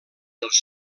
els